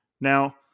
Now